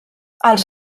als